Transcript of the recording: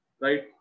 Right